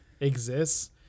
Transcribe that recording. exists